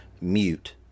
mute